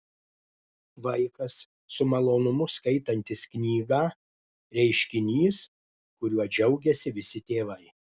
vaikas su malonumu skaitantis knygą reiškinys kuriuo džiaugiasi visi tėvai